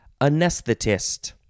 Anesthetist